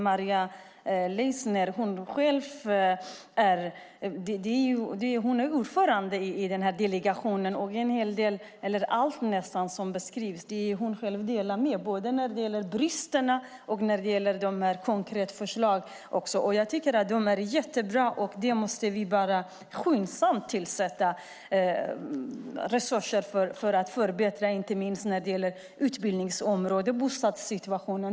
Maria Leissner är ordförande i Delegationen för romska frågor. Nästan allt det som har beskrivits här i dag håller hon med om, både bristerna och de konkreta förslagen. Jag tycker att de är jättebra. Vi måste nu skyndsamt avsätta resurser för att förbättra, inte minst på utbildningsområdet och när det gäller bostadssituationen.